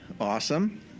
Awesome